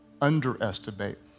underestimate